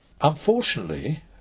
Unfortunately